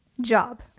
job